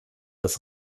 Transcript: das